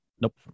Nope